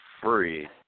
free